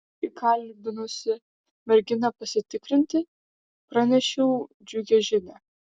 įkalbinusi merginą pasitikrinti pranešiau džiugią žinią